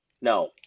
No